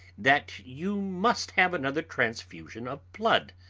that you must have another transfusion of blood,